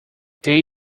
they